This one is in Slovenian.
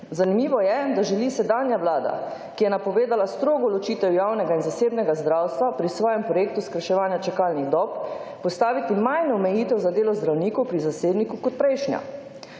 »Zanimivo je, da želi sedanja Vlada, ki je napovedala strogo ločitev javnega in zasebnega zdravstva, pri svojem projektu skrajševanja čakalnih dob postaviti manj omejitev za delo zdravnikov pri zasebniku kot prejšnja.